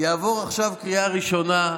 יעבור עכשיו בקריאה ראשונה,